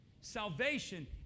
Salvation